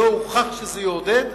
שלא הוכח שזה יעודד?